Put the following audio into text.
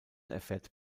erfährt